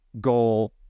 goal